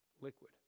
liquid